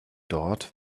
dort